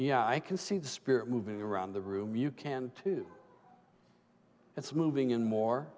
know i can see the spirit moving around the room you can too it's moving in more